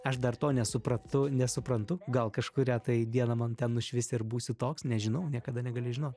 aš dar to nesupratau nesuprantu gal kažkurią tai dieną man ten nušvis ir būsiu toks nežinau niekada negali žinot